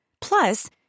Plus